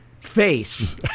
face